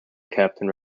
captain